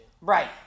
Right